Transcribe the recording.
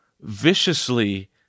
viciously